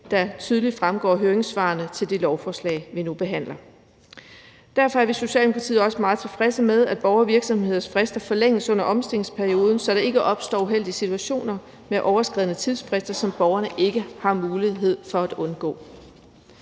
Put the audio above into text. der tydeligt fremgår af høringssvarene til det lovforslag, vi nu behandler. Derfor er vi i Socialdemokratiet også meget tilfredse med, at borgeres og virksomheders frister forlænges under omstillingsperioden, så der ikke opstår uheldige situationer med overskredne tidsfrister, som borgerne ikke har mulighed for at undgå.